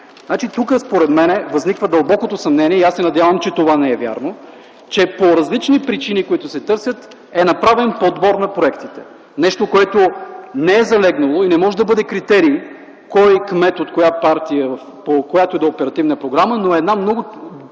Според мен тук възниква дълбокото съмнение и аз се надявам, че това не е вярно, че по различни причини, които се търсят, е направен подбор на проектите. Нещо, което не е залегнало и не може да бъде критерий кой кмет от коя партия, по която й да е оперативна програма, но е една много